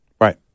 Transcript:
Right